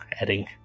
adding